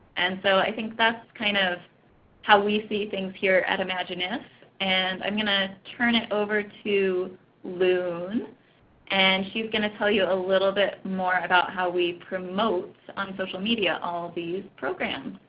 and so i think that's kind of how we see things here at imagineif. and i'm going to turn it over to lune and she's going to tell you a little bit more about how we promote on social media all these programs.